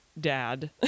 dad